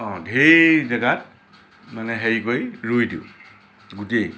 অ' ধেৰ জেগাত মানে হেৰি কৰি ৰুই দিওঁ গোটেই